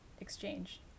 exchange